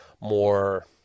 more